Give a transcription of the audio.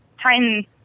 Titan